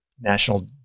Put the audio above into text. national